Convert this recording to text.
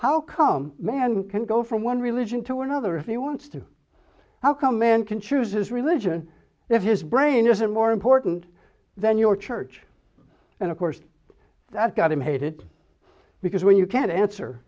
how come man can go from one religion to another he wants to how come men can choose his religion if his brain isn't more important than your church and of course that got him hated because when you can't answer